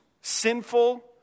sinful